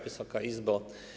Wysoka Izbo!